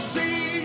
see